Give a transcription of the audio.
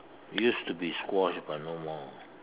used to be squash but no more